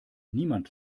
niemand